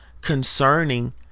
concerning